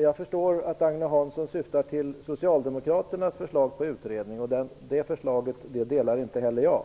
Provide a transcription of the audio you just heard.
Jag förstår att Agne Hansson syftar på Socialdemokraternas förslag till utredning, och det förslaget stöder inte heller jag.